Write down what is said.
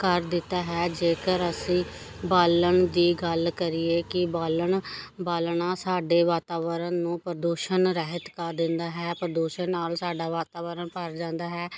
ਕਰ ਦਿੱਤਾ ਹੈ ਜੇਕਰ ਅਸੀਂ ਬਾਲਣ ਦੀ ਗੱਲ ਕਰੀਏ ਕਿ ਬਾਲਣ ਬਾਲਣਾ ਸਾਡੇ ਵਾਤਾਵਰਨ ਨੂੰ ਪ੍ਰਦੂਸ਼ਣ ਰਹਿਤ ਕਰ ਦਿੰਦਾ ਹੈ ਪ੍ਰਦੂਸ਼ਣ ਨਾਲ ਸਾਡਾ ਵਾਤਾਵਰਨ ਭਰ ਜਾਂਦਾ ਹੈ